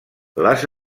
les